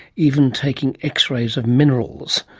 even taking x-rays of minerals.